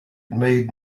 made